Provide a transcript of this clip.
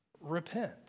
repent